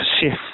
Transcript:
shift